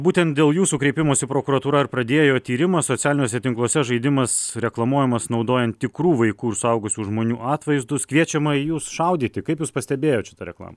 būtent dėl jūsų kreipimosi į prokuratūrą ir pradėjo tyrimą socialiniuose tinkluose žaidimas reklamuojamas naudojant tikrų vaikų ir suaugusių žmonių atvaizdus kviečiama į juos šaudyti kaip jūs pastebėjot šitą reklamą